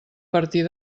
partir